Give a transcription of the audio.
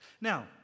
Now